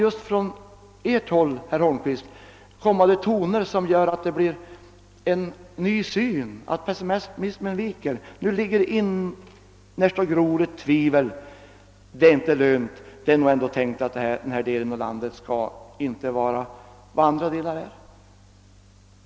Just från Ert håll, herr Holmqvist, måste de signaler komma som innebär att det blir en ny syn och att pessimismen viker. Nu gror det innerst ett tvivel: det är inte lönt, ty det är nog ändå meningen att den här delen av landet inte skall vara vad andra delar är.